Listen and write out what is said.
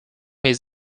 his